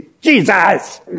Jesus